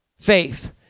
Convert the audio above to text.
Faith